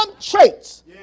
traits